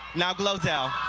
now glozel.